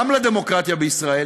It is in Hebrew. גם לדמוקרטיה בישראל